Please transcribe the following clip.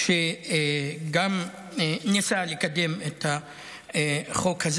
שגם הוא ניסה לקדם את החוק הזה.